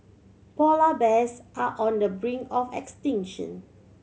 polar bears are on the brink of extinction